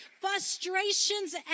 frustrations